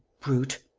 brute!